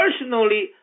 personally